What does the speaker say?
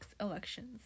elections